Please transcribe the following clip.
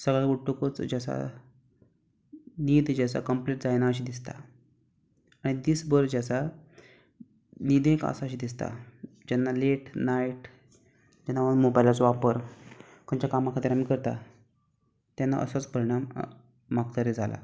सकाळी उट्टकूच जी आसा न्हीद जी आसा कंम्प्लीट जायना अशी दिसता आनी दिसभर जी आसा न्हिदेंक आसा अशी दिसता जेन्ना लेट नायट जेन्ना मोबायलाचो वापर खंयच्याय कामा खातीर आमी करतात तेन्ना असोच परिणाम म्हाका तरी जाला